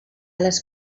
les